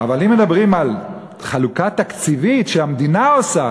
אבל אם מדברים על חלוקה תקציבית שהמדינה עושה,